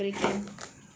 um